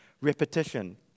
repetition